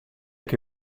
che